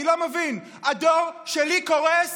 אני לא מבין, הדואר שלי קורס